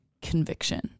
conviction